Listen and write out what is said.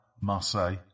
Marseille